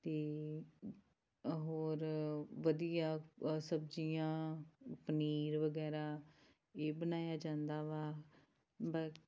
ਅਤੇ ਹੋਰ ਵਧੀਆ ਸਬਜ਼ੀਆਂ ਪਨੀਰ ਵਗੈਰਾ ਵੀ ਬਣਾਇਆ ਜਾਂਦਾ ਵਾ ਬਾ